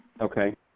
Okay